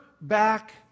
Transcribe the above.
back